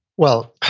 well,